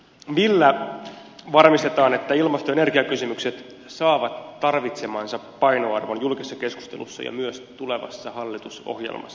millä varmistetaan että ilmasto ja energiakysymykset saavat tarvitsemansa painoarvon julkisessa keskustelussa ja myös tulevassa hallitusohjelmassa